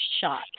shot